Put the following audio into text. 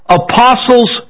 apostles